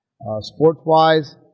sports-wise